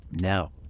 No